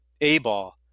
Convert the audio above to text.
A-ball